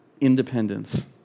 independence